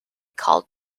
called